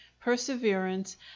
perseverance